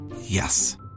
Yes